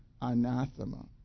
anathema